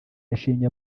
yashimye